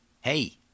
Hey